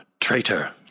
Traitor